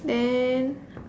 then